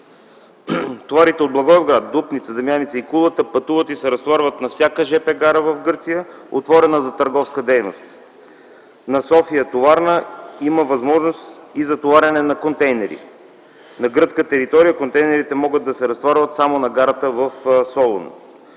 Товарите от Благоевград, Дупница, Дамяница и Кулата пътуват и се разтоварват на всяка жп гара в Гърция, отворена за търговска дейност. На гара София товарна има възможност и за товарене на контейнери. На гръцка територия контейнерите могат да се разтоварват само на гарата в Солун.